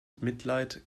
mitleid